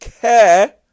care